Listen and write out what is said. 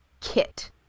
kit